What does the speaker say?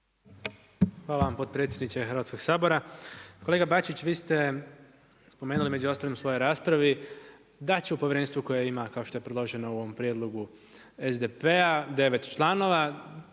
Hvala vam potpredsjedniče Hrvatskog sabora. Kolega Bačić, vi ste spomenuli među ostalim u svojoj raspravi da će povjerenstvo koje ima kao što je predloženo u ovom prijedlogu SDP-a, 9 članova,